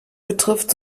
betrifft